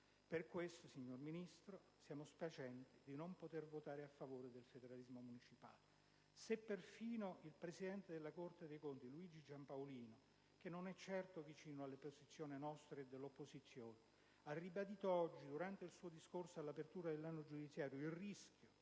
Per questo, Signor Ministro, siamo spiacenti di non poter votare a favore del federalismo municipale. Se perfino il presidente della Corte dei conti, Luigi Giampaolino, che non è certo vicino alle posizioni nostre e dell'opposizione, ha sottolineato il rischio, durante il suo discorso in apertura dell'anno giudiziario, che